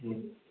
हूँ